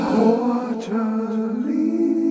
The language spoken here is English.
Quarterly